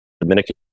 Dominican